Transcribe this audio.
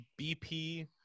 BP